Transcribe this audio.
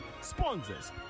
Sponsors